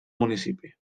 municipi